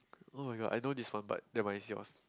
oh-my-god I know this one but never mind it's yours